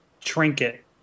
Trinket